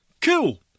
Cool